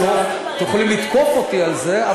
תוכלי לתקוף אותי על זה,